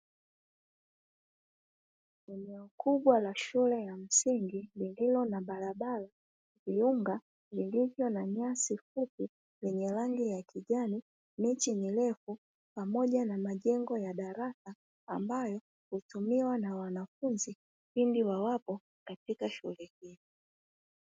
Eneo kubwa la shule ya msingi lililo na barabara viunga vilivyo na nyasi fupi yenye rangi ya kijani, miti mirefu pamoja na majengo ya madarasa ambayo hutumiwa na wanafunzi pindi wawapo katika shule hii.